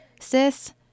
Sis